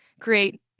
create